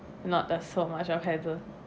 not that so much of hassle